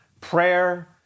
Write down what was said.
prayer